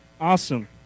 Awesome